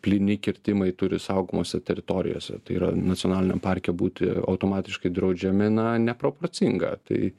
plyni kirtimai turi saugomose teritorijose tai yra nacionaliniam parke būti automatiškai draudžiami na neproporcinga tai